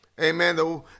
Amen